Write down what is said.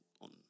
on